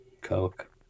Coke